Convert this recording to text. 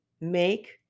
make